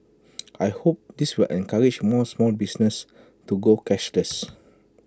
I hope this will encourage more small businesses to go cashless